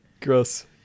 Gross